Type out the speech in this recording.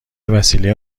وسیله